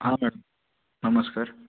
हा मॅडम नमस्कार